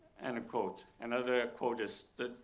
and quote. another quote is that,